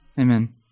Amen